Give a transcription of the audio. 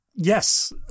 Yes